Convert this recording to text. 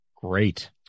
Great